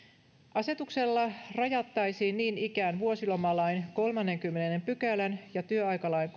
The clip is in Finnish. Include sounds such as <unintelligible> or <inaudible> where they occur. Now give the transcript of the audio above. asetuksella rajattaisiin niin ikään vuosilomalain kolmannenkymmenennen pykälän ja työaikalain <unintelligible>